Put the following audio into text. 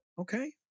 Okay